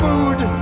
Food